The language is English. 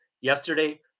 yesterday